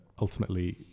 ultimately